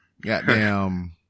goddamn